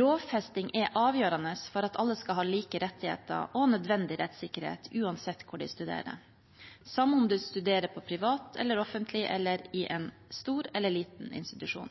Lovfesting er avgjørende for at alle skal ha like rettigheter og nødvendig rettssikkerhet uansett hvor de studerer, og uansett om de studerer offentlig, privat, i en stor eller liten institusjon.